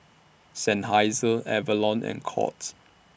Seinheiser Avalon and Courts